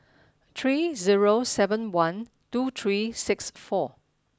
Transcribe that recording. three zero seven one two three six four